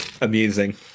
amusing